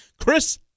Chris